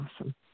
awesome